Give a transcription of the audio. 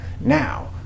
Now